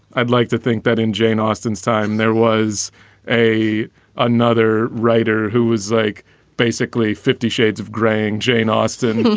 i'd like to think that in jane austen's time, there was a another writer who was like basically fifty shades of graying jane austen.